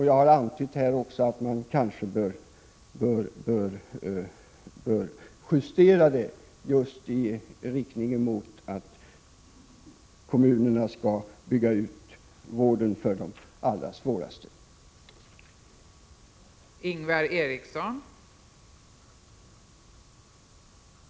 Jag har här också antytt att man kanske bör justera dem på så sätt att kommunerna bygger ut vården för de allra svåraste fallen.